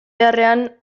beharrean